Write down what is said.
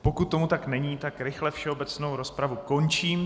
Pokud tomu tak není, tak rychle všeobecnou rozpravu končím.